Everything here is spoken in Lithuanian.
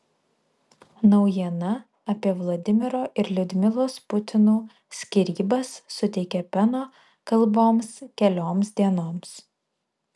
naujiena apie vladimiro ir liudmilos putinų skyrybas suteikė peno kalboms kelioms dienoms